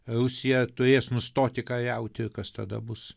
rusija turės nustoti kariauti kas tada bus